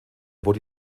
wurde